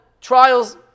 trials